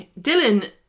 Dylan